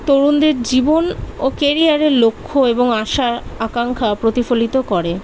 তরুণদের জীবন ও কেরিয়ারের লক্ষ্য এবং আশা আকাঙ্ক্ষা প্রতিফলিত করে